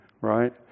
right